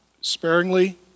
Sparingly